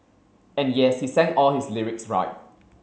and yes he sang all his lyrics right